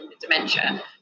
dementia